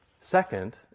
Second